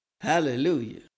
Hallelujah